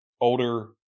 older